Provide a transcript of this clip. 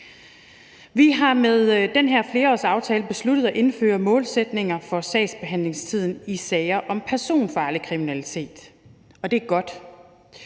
Vi har med den her flerårsaftale besluttet at indføre målsætninger for sagsbehandlingstiden i sager om personfarlig kriminalitet, og det er godt.